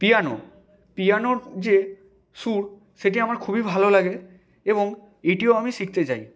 piano পিয়ানোর যে সুর সেটি আমার খুবই ভালো লাগে এবং এটিও আমি শিখতে চাই